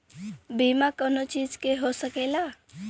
बीमा कउनो चीज के हो सकेला